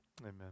amen